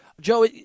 Joe